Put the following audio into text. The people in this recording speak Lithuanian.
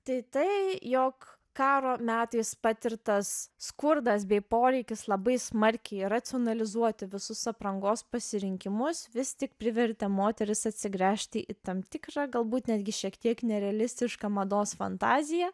tai tai jog karo metais patirtas skurdas bei poreikis labai smarkiai racionalizuoti visus aprangos pasirinkimus vis tik privertė moteris atsigręžti į tam tikrą galbūt netgi šiek tiek nerealistišką mados fantaziją